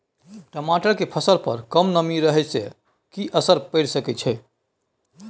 टमाटर के फसल पर कम नमी रहै से कि असर पैर सके छै?